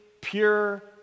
pure